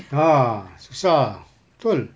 ah susah betul